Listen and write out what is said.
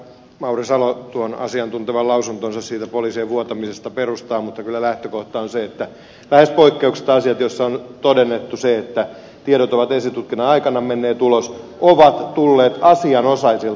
mauri salo tuon asiantuntevan lausuntonsa poliisien vuotamisesta perustaa mutta kyllä lähtökohta on se että lähes poikkeuksetta asiat joissa on todennettu se että tiedot ovat esitutkinnan aikana menneet ulos ovat tulleet asianosaisilta